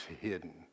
hidden